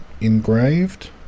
engraved